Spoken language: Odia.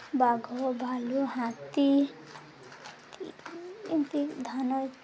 ବାଘ ଭାଲୁ ହାତୀ ଏମିତି ଧାନ